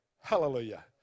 Hallelujah